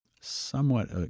somewhat